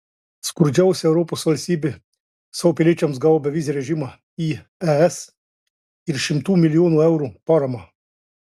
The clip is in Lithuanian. skurdžiausia europos valstybė savo piliečiams gavo bevizį režimą į es ir šimtų milijonų eurų paramą